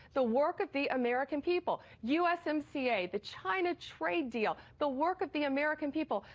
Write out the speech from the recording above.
the work of the american people. usmca, the china trade deal, the work of the american people,